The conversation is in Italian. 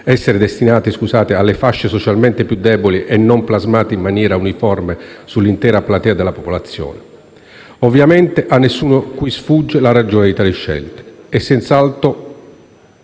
essere destinati alle fasce socialmente più deboli e non spalmati in maniera uniforme sull'intera platea della popolazione. Ovviamente, a nessuno qui sfugge la ragione di tali scelte: è senz'altro